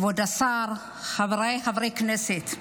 כבוד השר, חבריי חברי הכנסת,